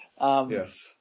yes